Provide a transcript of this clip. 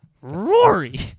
Rory